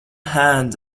hand